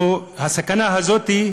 הסכנה הזאת,